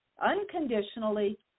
unconditionally